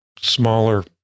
smaller